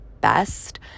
best